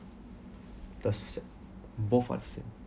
the sec~ both are the same